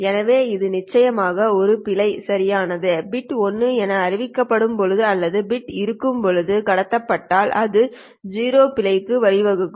எனவே இது நிச்சயமாக ஒரு பிழை சரியானது பிட் 1 என அறிவிக்கப்படும் போது அல்லது பிட் இருக்கும்போது கடத்தப்பட்டால் அது 0 பிழைக்கும் வழி வகுக்கும்